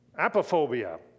Apophobia